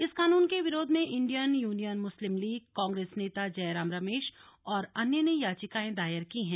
इस कानून के विरोध में Indian Union Muslim League Congress नेता जयराम रमेश और अन्य् ने याचिकाएं दायर की हैं